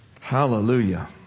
Hallelujah